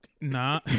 Nah